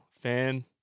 fan